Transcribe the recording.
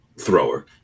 thrower